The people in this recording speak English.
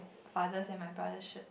father's and my brother's shirt